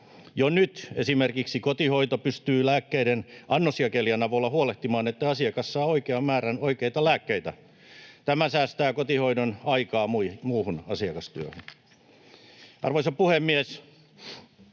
Jo nyt esimerkiksi kotihoito pystyy lääkkeiden annosjakelijan avulla huolehtimaan, että asiakas saa oikean määrän oikeita lääkkeitä. Tämä säästää kotihoidon aikaa muuhun asiakastyöhön. Arvoisa puhemies!